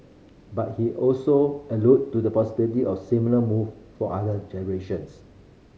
but he also alluded to the possibility of similar move for other generations